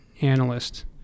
analyst